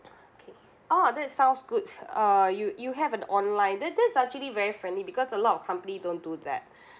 okay oh that sounds good uh you you have an online that that's actually very friendly because a lot of company don't do that